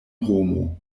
romo